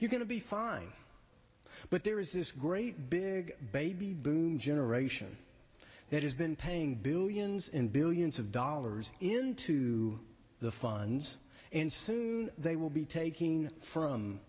you're going to be fine but there is this great big baby boom generation that has been paying billions and billions of dollars into the funds and soon they will be taking from